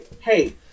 hey